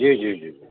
जी जी जी जी